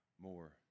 more